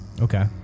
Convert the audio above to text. Okay